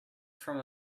from